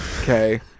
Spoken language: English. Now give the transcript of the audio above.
Okay